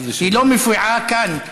היא לא מופיעה כאן.